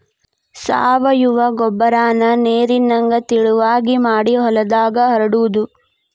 ಸಾವಯುವ ಗೊಬ್ಬರಾನ ನೇರಿನಂಗ ತಿಳುವಗೆ ಮಾಡಿ ಹೊಲದಾಗ ಹರಡುದು